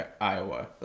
Iowa